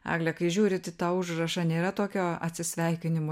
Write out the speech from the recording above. egle kai žiūrit į tą užrašą nėra tokio atsisveikinimo